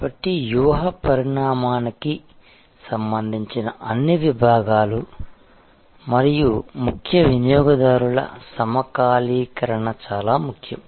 కాబట్టి వ్యూహ పరిణామానికి సంబంధించిన అన్ని విభాగాలు మరియు ముఖ్య వినియోగదారుల సమకాలీకరణ చాలా ముఖ్యం